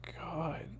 god